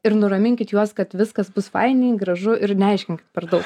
ir nuraminkit juos kad viskas bus fainai gražu ir neaiškinkit per daug